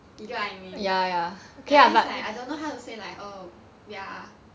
you get what I mean but then is like I dunno how to say like oh ya